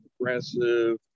progressive